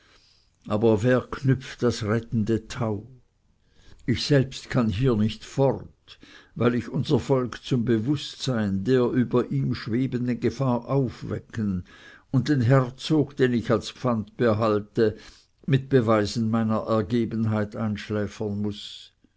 aber wer knüpft das rettende tau ich selbst kann hier nicht fort weil ich unser volk zum bewußtsein der über ihm schwebenden gefahr aufwecken und den herzog den ich als pfand behalte mit beweisen meiner ergebenheit einschläfern muß